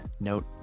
note